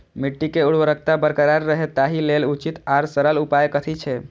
मिट्टी के उर्वरकता बरकरार रहे ताहि लेल उचित आर सरल उपाय कथी छे?